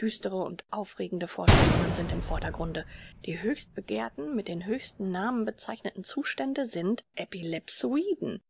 düstere und aufregende vorstellungen sind im vordergrunde die höchstbegehrten mit den höchsten namen bezeichneten zustände sind epilepsoiden